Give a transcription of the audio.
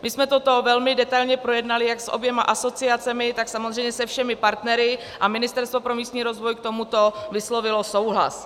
My jsme toto velmi detailně projednali jak s oběma asociacemi, tak samozřejmě se všemi partnery a Ministerstvo pro místní rozvoj k tomuto vyslovilo souhlas.